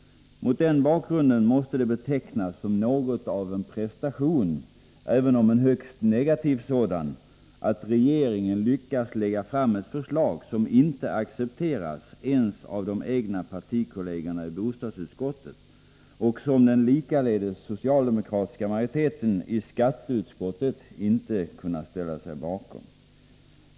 Mot den bakgrunden måste det betecknas som något av en prestation — även om det är en högst negativ sådan — att regeringen lyckats lägga fram ett förslag som inte accepteras ens av de egna partikollegerna i bostadsutskottet och som den likaledes socialdemokratiska majoriteten i skatteutskottet inte kunnat ställa sig bakom.